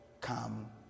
come